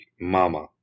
Mama